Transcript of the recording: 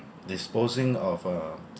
disposing of a